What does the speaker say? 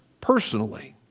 personally